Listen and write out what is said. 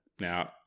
Now